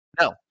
No